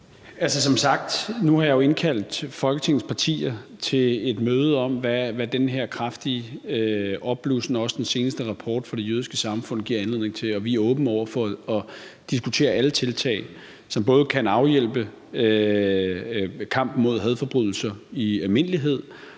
som sagt indkaldt Folketingets partier til et møde om, hvad den her kraftige opblussen og også den seneste rapport fra det jødiske samfund giver anledning til. Vi er åbne over for at diskutere alle tiltag, som både kan bidrage til kampen mod hadforbrydelser i almindelighed